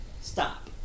stop